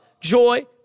joy